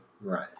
Right